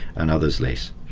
and others, less.